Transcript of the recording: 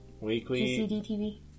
Weekly